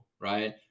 right